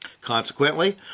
Consequently